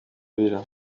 abira